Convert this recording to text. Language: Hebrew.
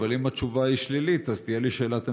אבל אם התשובה היא שלילית אז תהיה לי שאלת המשך: